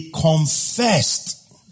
confessed